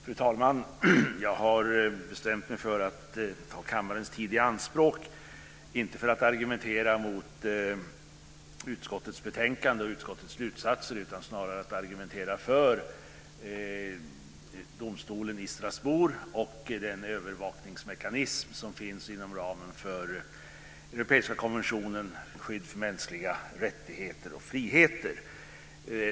Fru talman! Jag har bestämt mig för att ta kammarens tid i anspråk inte för att argumentera mot utskottets betänkande och utskottets slutsatser utan snarare för att argumentera för domstolen i Strasbourg och den övervakningsmekanism som finns inom ramen för den europeiska konventionen till skydd för mänskliga rättigheter och friheter.